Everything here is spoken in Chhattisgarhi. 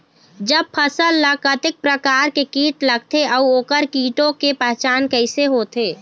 जब फसल ला कतेक प्रकार के कीट लगथे अऊ ओकर कीटों के पहचान कैसे होथे?